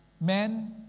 men